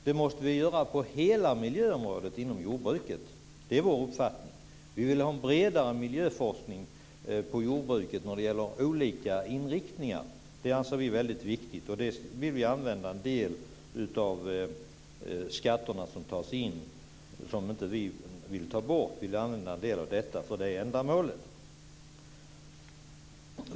Det måste vi göra på hela miljöområdet inom jordbruket. Det är vår uppfattning. Vi vill ha en bredare miljöforskning inom jordbruket när det gäller olika inriktningar. Det anser vi är viktigt. Vi vill använda en del av skatterna som tas in - och som vi inte vill ta bort - till detta ändamål.